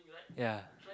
ya